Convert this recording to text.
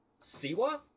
Siwa